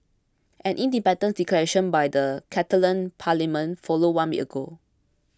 an independence declaration by the Catalan parliament followed one week ago